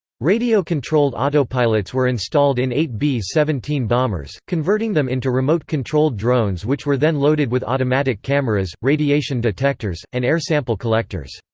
radio-controlled autopilots were installed in eight b seventeen bombers, converting them into remote-controlled drones which were then loaded with automatic cameras, radiation detectors, and air sample collectors.